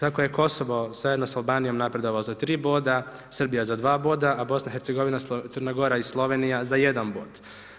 Tako je Kosovo zajedno sa Albanijom napredovalo za 3 boda, Srbija za 2 boda, a BIH, Crna Gora i Slovenija za 1 bod.